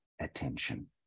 attention